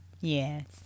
Yes